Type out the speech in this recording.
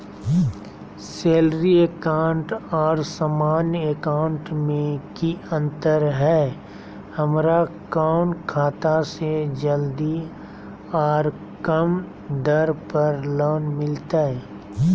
Salary account और सामान्य account मे की अंतर है हमरा कौन खाता से जल्दी और कम दर पर ऋण मिलतय?